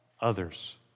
others